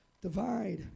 divide